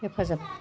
हेफाजाब